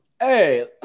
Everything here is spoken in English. Hey